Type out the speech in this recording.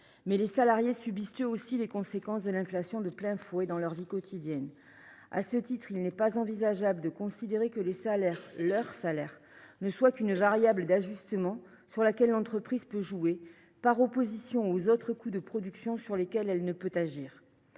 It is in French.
frappés de plein fouet, eux aussi, par les conséquences de l’inflation sur leur vie quotidienne. À ce titre, il n’est pas envisageable de considérer que les salaires – leurs salaires !– ne soient qu’une variable d’ajustement sur laquelle l’entreprise peut jouer, par opposition aux autres coûts de production sur lesquels elle ne pourrait